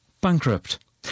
bankrupt